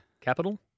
Capital